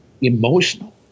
emotional